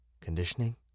conditioning